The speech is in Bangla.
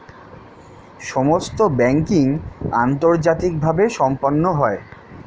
সমস্ত ব্যাংকিং আন্তর্জাতিকভাবে সম্পন্ন হয়